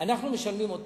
אנחנו משלמים עוד פחות,